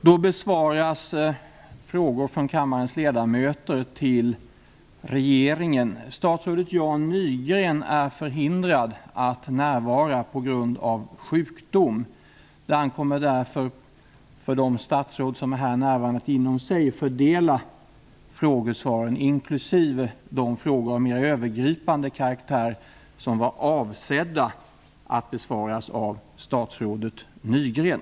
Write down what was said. Nu besvaras frågor från kammarens ledamöter till regeringen. Statsrådet Jan Nygren är förhindrad att närvara på grund av sjukdom. Det ankommer därför på de statsråd som är närvarande att inom sig fördela frågorna inklusive de frågor av mer övergripande karaktär som var avsedda att besvaras av statsrådet Nygren.